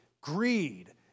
greed